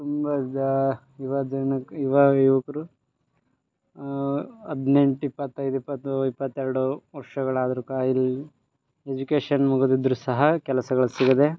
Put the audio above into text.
ತುಂಬಾ ಜ ಯುವ ಜನಕೂ ಯುವ ಯುವಕರು ಹದಿನೆಂಟು ಇಪ್ಪತ್ತೈದು ಇಪ್ಪತ್ತು ಇಪ್ಪತ್ತೆರಡು ವರ್ಷಗಳಾದರೂ ಕಾಯ್ರಿ ಎಜುಕೇಶನ್ ಮುಗ್ದಿದ್ದರೂ ಸಹ ಕೆಲಸಗಳು ಸಿಗದೇ